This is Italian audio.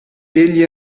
egli